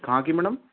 कहाँ की मैडम